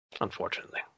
Unfortunately